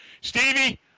Stevie